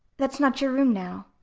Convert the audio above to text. that is not your room now.